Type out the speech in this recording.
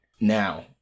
now